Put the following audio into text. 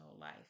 life